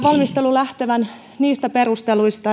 valmistelun lähtevän niistä perusteluista